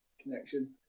connection